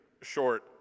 short